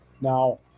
Now